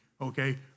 Okay